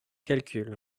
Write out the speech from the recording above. calcul